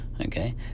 okay